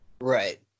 Right